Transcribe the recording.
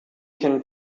can